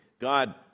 God